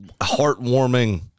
heartwarming